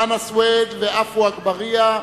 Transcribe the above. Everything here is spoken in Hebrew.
חנא סוייד ועפו אגבאריה,